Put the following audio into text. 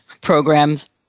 programs